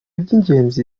by’ingenzi